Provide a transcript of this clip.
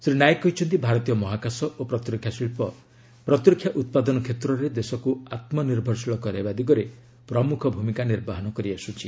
ଶ୍ରୀ ନାୟକ କହିଛନ୍ତି ଭାରତୀୟ ମହାକାଶ ଓ ପ୍ରତିରକ୍ଷା ଶିଳ୍ପ ପ୍ରତିରକ୍ଷା ଉତ୍ପାଦନ କ୍ଷେତ୍ରରେ ଦେଶକୁ ଆତ୍ମନିର୍ଭରଶୀଳ କରାଇବା ଦିଗରେ ପ୍ରମୁଖ ଭୂମିକା ନିର୍ବାହନ କରିଆସୁଛି